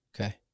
Okay